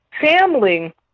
family